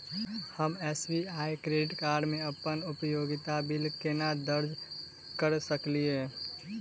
हम SBI credit card मे अप्पन उपयोगिता बिल केना दर्ज करऽ सकलिये?